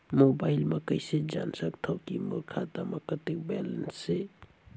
Mobile म कइसे जान सकथव कि मोर खाता म कतेक बैलेंस से?